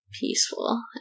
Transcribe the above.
peaceful